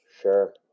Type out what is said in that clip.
Sure